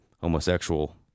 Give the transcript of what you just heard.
homosexual